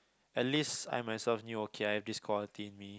at least I myself knew okay I have this quality in me